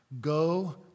Go